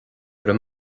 raibh